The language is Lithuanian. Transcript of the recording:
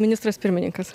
ministras pirmininkas